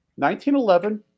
1911